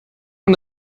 man